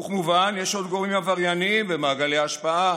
וכמובן יש עוד גורמים עברייניים במעגלי השפעה,